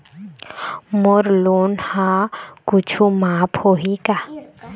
मोर loan हा कुछू माफ होही की?